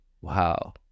Wow